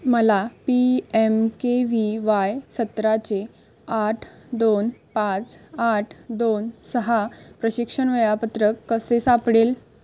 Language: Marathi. मला P M K V Y सत्राचे आठ दोन पाच आठ दोन सहा प्रशिक्षण वेळापत्रक कसे सापडेल